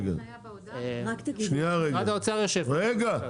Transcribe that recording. משרד האוצר יושב פה.